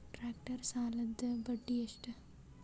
Tractor ಸಾಲದ್ದ ಬಡ್ಡಿ ಎಷ್ಟ?